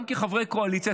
גם כחברי קואליציה,